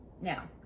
now